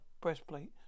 breastplate